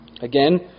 again